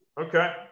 Okay